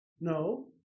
No